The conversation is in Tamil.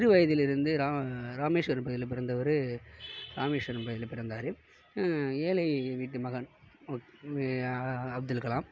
சிறு வயதிலிருந்து ராமேஸ்வரம் பகுதியில் பிறந்தவர் ராமேஸ்வரம் பகுதியில் பிறந்தார் ஏழை வீட்டு மகன் அப்துல் கலாம்